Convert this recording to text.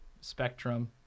spectrum